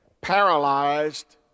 paralyzed